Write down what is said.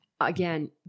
Again